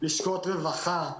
לשכות רווחה,